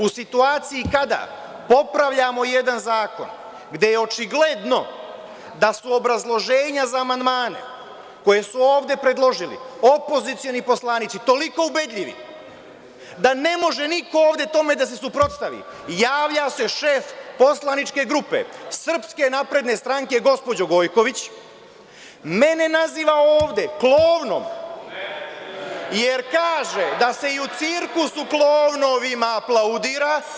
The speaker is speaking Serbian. U situaciji kada popravljamo jedan zakon, gde je očigledno da su obrazloženja za amandmane koje su ovde predložili opozicioni poslanici toliko ubedljivi da ne može niko ovde tome da se suprostavi, javlja se šef poslaničke grupe SNS, mene naziva ovde klovnom, jer kaže da se i u cirkusu klovnovima aplaudira.